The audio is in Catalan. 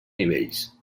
nivells